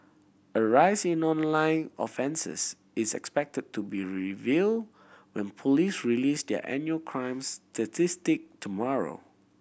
a rise in online offences is expected to be reveal when police release their annual crimes statistic tomorrow